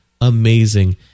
amazing